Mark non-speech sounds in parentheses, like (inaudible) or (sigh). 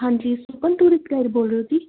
ਹਾਂਜੀ (unintelligible) tourist guide ਬੋਲ ਰਹੇ ਹੋ ਜੀ